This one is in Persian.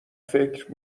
فکر